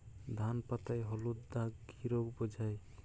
ধান পাতায় হলুদ দাগ কি রোগ বোঝায়?